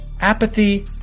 Apathy